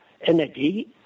energy